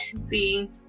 See